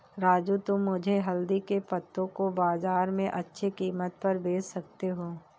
राजू तुम मुझे हल्दी के पत्तों को बाजार में अच्छे कीमत पर बेच सकते हो